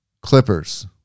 clippers